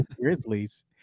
Grizzlies